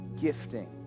gifting